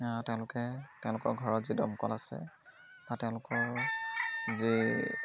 তেওঁলোকে তেওঁলোকৰ ঘৰত যি দমকল আছে বা তেওঁলোকৰ যি